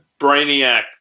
brainiac